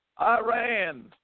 Iran